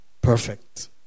perfect